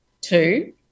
two